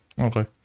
Okay